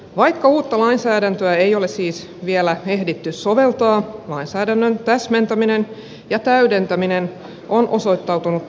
vaikka uutta lainsäädäntöä ei ole siis vielä ehditty soveltaa lainsäädännön täsmentäminen ja täydentäminen on osoittautunut tarpeelliseksi